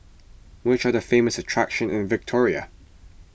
which are the famous attractions in Victoria